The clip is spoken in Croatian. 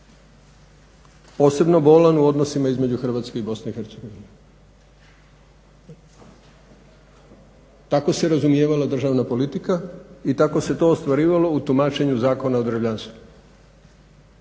posebno bolan u odnosima između Hrvatske i Bosne i Hercegovine. Tako se razumijevala državna politika i tako se to ostvarivalo u tumačenju Zakona o državljanstvu.